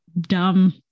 dumb